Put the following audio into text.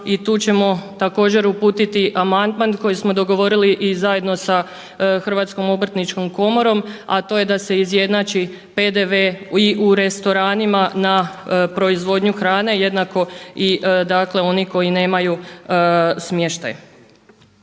i tu ćemo također uputiti amandman koji smo dogovorili zajedno sa HOK, a to je da se izjednači PDV u restoranima na proizvodnju hrane jednako i oni koji nemaju smještaj.